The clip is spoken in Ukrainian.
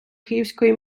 київської